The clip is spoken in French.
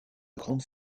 grandes